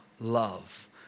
love